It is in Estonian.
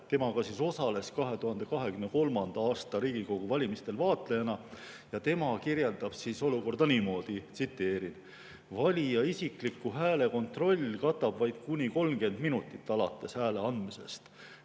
Põdrale, kes osales ka 2023. aasta Riigikogu valimistel vaatlejana. Tema kirjeldab olukorda niimoodi: "Valija isikliku hääle kontroll katab vaid kuni 30 minutit alates hääle andmisest.